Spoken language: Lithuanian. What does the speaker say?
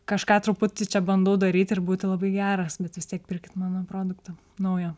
kažką truputį čia bandau daryti ir būti labai geras bet vis tiek pirkit mano produktą naują